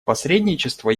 посредничество